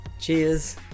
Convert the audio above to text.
Cheers